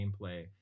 gameplay